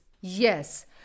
Yes